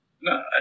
No